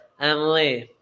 Emily